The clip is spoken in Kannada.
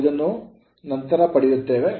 ನಾವು ಇದನ್ನು ನಂತರ ಪಡೆಯುತ್ತೇವೆ